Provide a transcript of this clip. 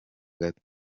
gato